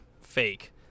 fake